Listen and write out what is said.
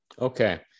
okay